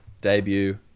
debut